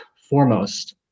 foremost